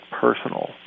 personal